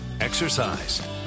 exercise